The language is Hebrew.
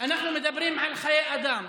אנחנו מדברים על חיי אדם,